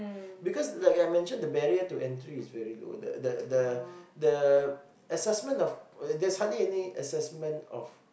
because like I mention the barrier to entry is very low the the the assessment there's hardly and assessment of